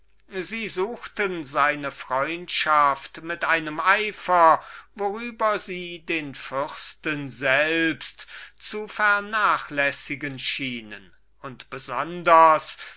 sie suchten seine freundschaft so gar mit einem eifer worüber sie den fürsten selbst zu vernachlässigen schienen und besonders